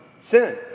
sin